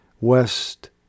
west